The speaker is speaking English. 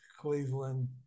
Cleveland